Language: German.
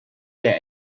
der